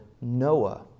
Noah